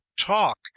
talk